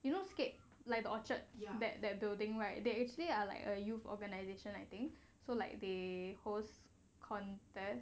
you know scape like the orchard that that building right they actually uh like a youth organisation I think so like they host contests